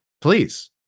please